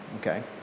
okay